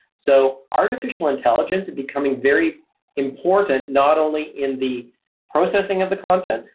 so artificial intelligence is becoming very important, not only in the processing of the content,